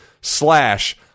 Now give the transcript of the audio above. slash